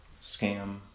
scam